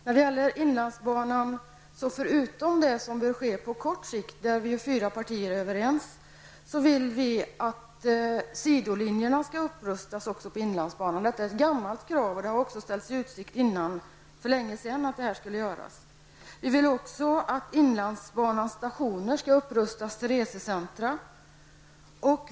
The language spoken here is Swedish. När det gäller inlandsbanan vill vi -- förutom de åtgärder på kort sikt som fyra partier är överens om -- att sidolinjerna skall upprustas. Detta är ett gammalt krav, och det har för länge sedan ställts i utsikt att det skall genomföras. Vi vill också att inlandsbanans stationer skall upprustas till resecentra.